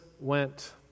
went